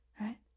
Right